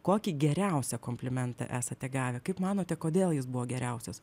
kokį geriausią komplimentą esate gavę kaip manote kodėl jis buvo geriausias